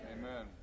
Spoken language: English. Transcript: Amen